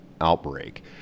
outbreak